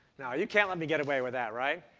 no, you can't let me get away with that, right?